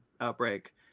outbreak